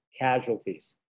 casualties